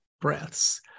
breaths